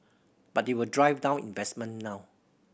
but they will drive down investment now